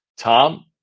Tom